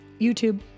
YouTube